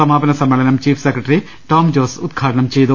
സമാപന സമ്മേളനം chief secretary Tom Jose ഉദ്ഘാടനം ചെയ്തു